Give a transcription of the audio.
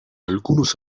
algunos